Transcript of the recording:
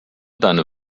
deine